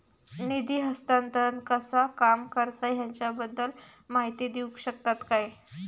निधी हस्तांतरण कसा काम करता ह्याच्या बद्दल माहिती दिउक शकतात काय?